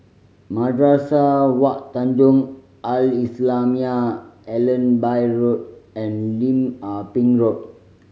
Madrasah Wak Tanjong Al Islamiah Allenby Road and Lim Ah Pin Road